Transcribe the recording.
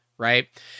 right